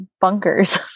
bunkers